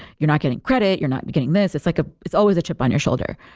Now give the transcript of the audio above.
you're not getting credit. you're not getting this. it's like ah it's always a chip on your shoulder.